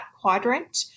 quadrant